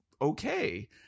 okay